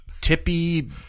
tippy